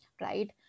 right